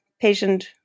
patient